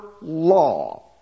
law